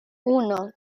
uno